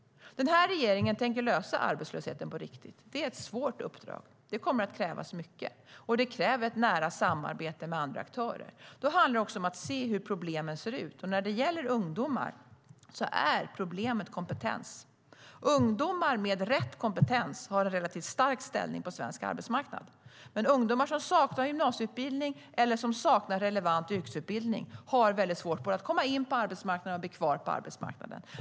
Den här regeringen tänker lösa arbetslösheten på riktigt. Det är ett svårt uppdrag. Det kommer att krävas mycket. Och det kommer att kräva ett nära samarbete med andra aktörer. Då handlar det också om att titta på hur problemen ser ut. Och när det gäller ungdomar är problemet kompetens. Ungdomar med rätt kompetens har en relativt stark ställning på svensk arbetsmarknad. Men ungdomar som saknar gymnasieutbildning eller relevant yrkesutbildning har svårt att både komma in och bli kvar på arbetsmarknaden.